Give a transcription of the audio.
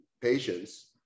patients